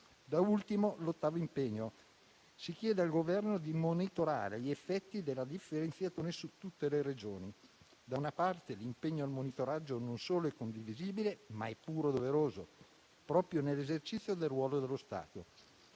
Da ultimo, c'è l'ottavo impegno, con cui si chiede al Governo di monitorare gli effetti della differenziazione su tutte le Regioni. Da una parte l'impegno al monitoraggio non solo è condivisibile, ma è pure doveroso, proprio nell'esercizio del ruolo dello Stato.